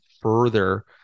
further